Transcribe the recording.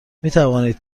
میتوانید